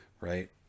right